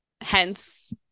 Hence